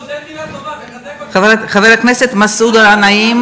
חבר הכנסת חזן,